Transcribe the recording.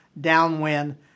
downwind